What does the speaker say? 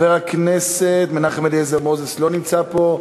חבר הכנסת מנחם אליעזר מוזס, לא נמצא פה.